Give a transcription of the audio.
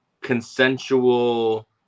consensual